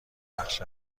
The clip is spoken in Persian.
بخش